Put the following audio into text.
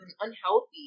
unhealthy